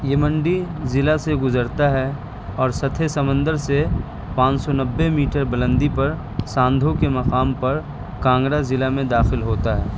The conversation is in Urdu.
یہ منڈی ضلع سے غزرتا ہے اور سطح سمندر سے پان سو نبے میٹر بلندی پر ساندھو کے مقام پر کانگرا ضلع میں داخل ہوتا ہے